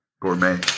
Gourmet